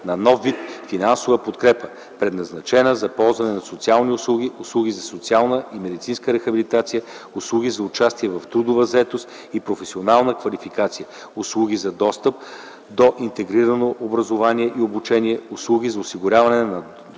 на нов вид финансова подкрепа, предназначена за ползване на социални услуги – услуги за социална и медицинска рехабилитация, услуги за участие в трудова заетост и професионална квалификация, услуги за достъп до интегрирано образование и обучение, услуги за осигуряване на достъпна